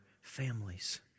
families